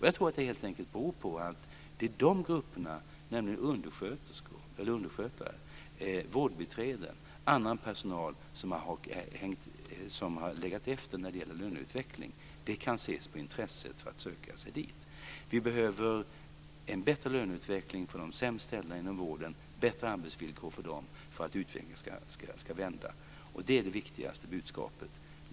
Jag tror att det helt enkelt beror på att det är de grupperna, dvs. undersköterskor, underskötare, vårdbiträden och annan personal, som har legat efter i löneutvecklingen. Det kan ses på intresset för att söka sig dit. Vi behöver en bättre löneutveckling och bättre arbetsvillkor för de sämst ställda inom vården för att utvecklingen ska vända. Det är det viktigaste budskapet.